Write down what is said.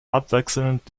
abwechselnd